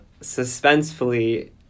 suspensefully